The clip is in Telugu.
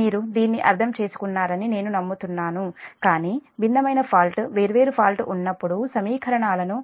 మీరు దీన్ని అర్థం చేసుకున్నారని నేను నమ్ముతున్నాను కాని భిన్నమైన ఫాల్ట్ వేర్వేరు ఫాల్ట్ ఉన్నప్పుడు సమీకరణాలను అను